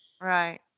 Right